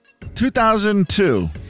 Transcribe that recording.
2002